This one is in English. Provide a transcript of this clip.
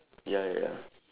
ya ya ya